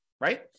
right